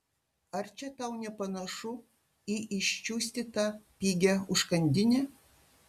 ar čia tau nepanašu į iščiustytą pigią užkandinę